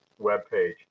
webpage